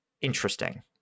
interesting